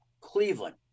Cleveland